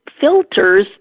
filters